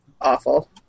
awful